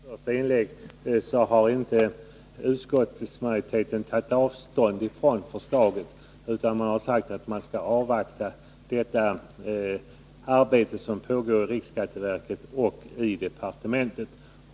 Herr talman! Som jag sade i mitt första inlägg har inte utskottsmajoriteten tagit avstånd från förslaget utan sagt att man skall avvakta det arbete som pågår i riksskatteverket och i departementet.